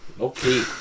Okay